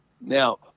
Now